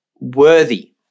worthy